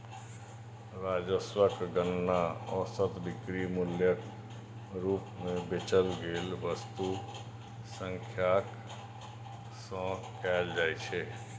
राजस्वक गणना औसत बिक्री मूल्यक रूप मे बेचल गेल वस्तुक संख्याक सं कैल जाइ छै